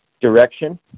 direction